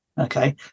okay